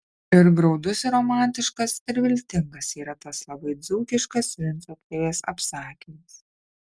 ir graudus ir romantiškas ir viltingas yra tas labai dzūkiškas vinco krėvės apsakymas